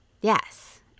Yes